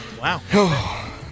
Wow